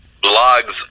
blogs